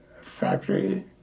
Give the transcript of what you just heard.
factory